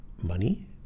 money